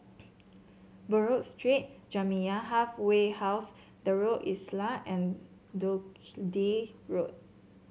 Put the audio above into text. Buroh Street Jamiyah Halfway House Darul Islah and Dundee Road